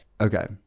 okay